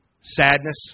Sadness